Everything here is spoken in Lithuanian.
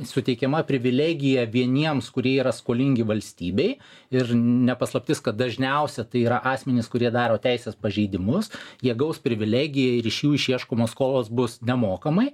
suteikiama privilegija vieniems kurie yra skolingi valstybei ir ne paslaptis kad dažniausia tai yra asmenys kurie daro teisės pažeidimus jie gaus privilegiją ir iš jų išieškomos skolos bus nemokamai